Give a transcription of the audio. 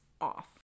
off